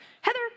Heather